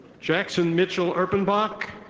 jackson mitchell erpenbach.